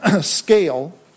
scale